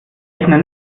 rechner